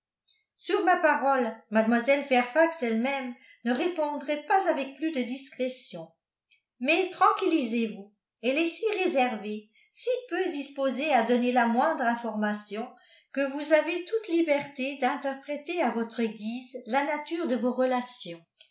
sur ma parole mlle fairfax elle-même ne répondrait pas avec plus de discrétion mais tranquillisez-vous elle est si réservée si peu disposée à donner la moindre information que vous avez toute liberté d'interpréter à votre guise la nature de vos relations